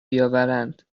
بیاورند